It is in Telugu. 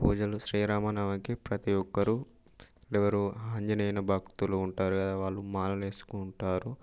పూజలు శ్రీరామనవమికి ప్రతి ఒక్కరూ ఎవరు ఆంజనేయుని భక్తులు ఉంటారు కదా వాళ్ళు మాలలు వేసుకుంటారు